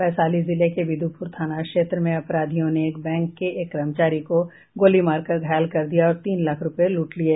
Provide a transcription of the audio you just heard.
वैशाली जिले के बिदुपुर थाना क्षेत्र में अपराधियों ने एक बैंक के एक कर्मचारी को गोली मारकर घायल कर दिया और तीन लाख रुपये लूट लिये